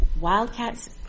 Wildcat's